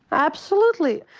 absolutely.